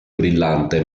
brillante